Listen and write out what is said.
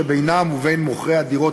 שבינם ובין מוכרי הדירות,